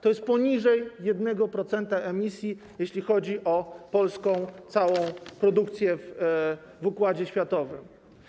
To jest poniżej 1% emisji, jeśli chodzi o całą polską produkcję w układzie światowym.